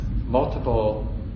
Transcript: multiple